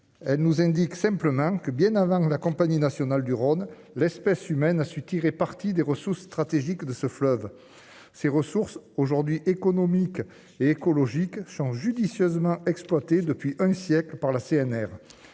elle nous indique simplement que bien avant la Compagnie nationale du Rhône, l'espèce humaine a su tirer parti des ressources stratégiques de ce fleuve ces ressources aujourd'hui, économique et écologique judicieusement exploitée depuis un siècle par la CNR,